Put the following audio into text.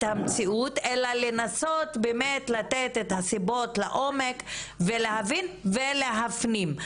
המציאות אלא לנסות באמת לתת את הסיבות לעומק ולהבין ולהפנים.